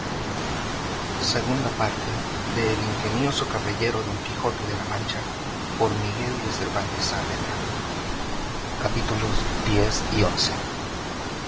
segunda parte del ingenioso caballero don quijote de la mancha por miguel de cervantes saavedra y no